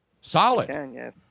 Solid